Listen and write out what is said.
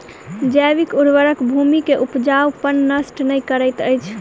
जैविक उर्वरक भूमि के उपजाऊपन नष्ट नै करैत अछि